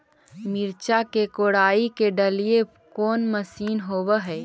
मिरचा के कोड़ई के डालीय कोन मशीन होबहय?